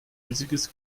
riesiges